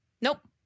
Nope